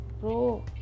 bro